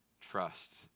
trust